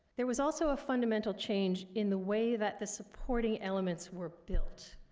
there was also a fundamental change in the way that the supporting elements were built.